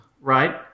Right